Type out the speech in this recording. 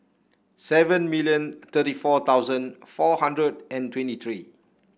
seven million thirty four thousand four hundred and twenty three